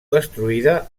destruïda